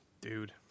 Dude